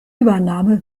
übernahme